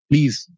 Please